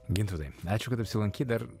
gintautai ačiū kad apsilankei dar